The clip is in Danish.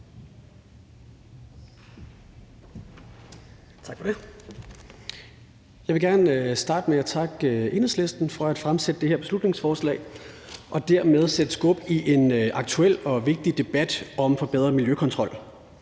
Jeg vil gerne starte med at takke Enhedslisten for at fremsætte det her beslutningsforslag og dermed sætte skub i en aktuel og vigtig debat om forbedret miljøkontrol.